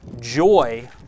joy